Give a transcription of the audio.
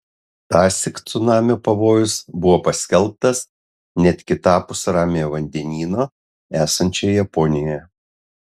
tąsyk cunamio pavojus buvo paskelbtas net kitapus ramiojo vandenyno esančioje japonijoje